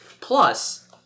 Plus